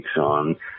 on